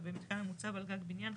ובמיתקן המוצב על גג בניין,